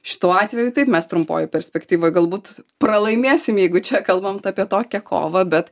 šituo atveju taip mes trumpoj perspektyvoj galbūt pralaimėsim jeigu čia kalbam apie tokią kovą bet